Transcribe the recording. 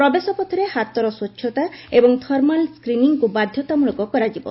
ପ୍ରବେଶପଥରେ ହାତର ସ୍ୱଚ୍ଚତା ଏବଂ ଥର୍ମାଲ୍ ସ୍କ୍ରିନିଂକୁ ବାଧ୍ୟତାମୂଳକ କରାଯିବ